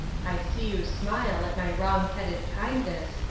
i see you smile at my wrong-headed kindness,